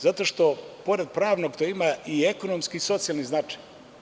Zato što pored pravnog to ima i ekonomski i socijalni značaj.